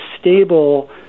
stable